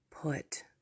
put